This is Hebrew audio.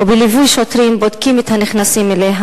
ובליווי שוטרים בודקים את הנכנסים אליה